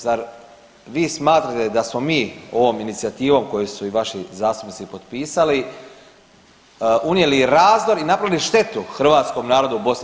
Zar vi smatrate da smo mi ovom inicijativom koju su i vaši zastupnici potpisali, unijeli razdor i napravili štetu hrvatskom narodu u BiH?